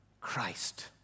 Christ